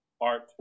art